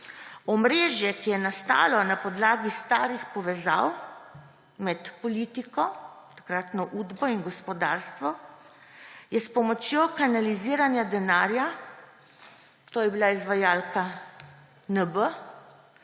»Omrežje, ki je nastalo na podlagi starih povezav med politiko, takratno Udbo in gospodarstvom, je s pomočjo kanaliziranja denarja …«, to je bila izvajalka NB,